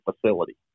facility